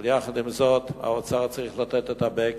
אבל עם זאת, האוצר צריך לתת את ה-backing,